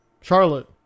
Charlotte